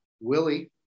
Willie